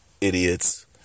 idiots